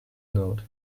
note